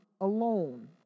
alone